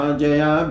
Jaya